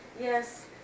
yes